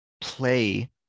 play